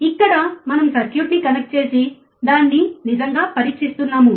ఇక్కడ మనం సర్క్యూట్ నీ కనెక్ట్ చేసి దాన్ని నిజంగా పరీక్షిస్తున్నాము